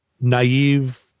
naive